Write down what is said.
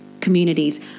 communities